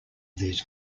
these